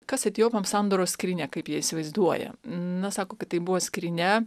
kas etiopams sandoros skrynia kaip jie įsivaizduoja na sako kad tai buvo skrynia